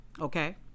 Okay